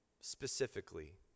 specifically